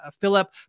Philip